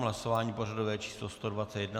Hlasování pořadové číslo 121.